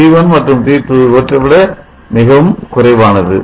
T1 மற்றும் T2 இவற்றைவிட மிகவும் குறைவானது